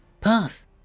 Path